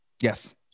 Yes